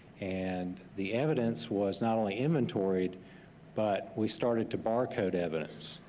and the evidence was not only inventoried but we started to barcode evidence,